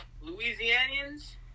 Louisianians